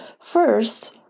First